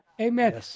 amen